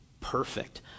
perfect